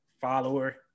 Follower